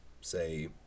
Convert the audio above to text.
Say